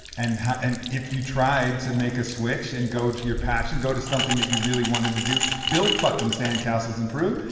and and if you tried to make a switch and go to your passion, go to something that you really wanted to do, build fucking sandcastles in peru,